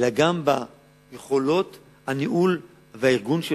אלא גם ביכולת הניהול והארגון,